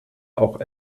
auch